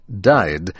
died